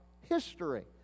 history